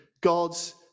God's